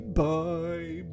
bye